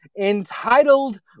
entitled